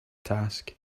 task